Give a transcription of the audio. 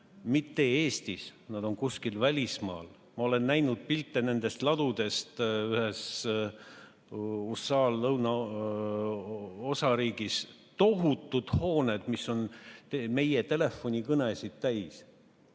mitte Eestis, need on kuskil välismaal. Ma olen näinud pilte nendest ladudest ühes USA lõunaosariigis: tohutud hooned, mis on meie telefonikõnesid täis.